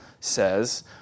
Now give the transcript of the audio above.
says